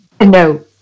No